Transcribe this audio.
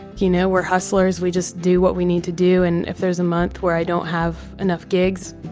you know, we're hustlers. we just do what we need to do. and if there's a month where i don't have enough gigs,